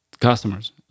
customers